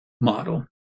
model